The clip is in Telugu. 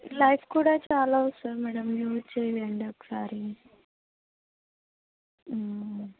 లైఫ్ కూడా చాలా వస్తుంది మేడం యూజ్ చేయండి ఒకసారి